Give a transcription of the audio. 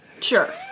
sure